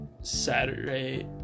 Saturday